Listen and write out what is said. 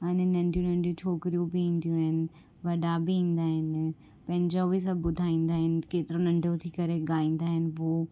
अने नंढियूं नंढियूं छोकिरियूं बि ईंदियूं आहिनि वॾा बि ईंदा आहिनि पंहिंजो बि सभु ॿुधाईंदा आहिनि केतिरो नंढो थी करे ॻाइंदा आहिनि पोइ